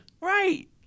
Right